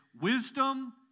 wisdom